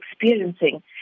experiencing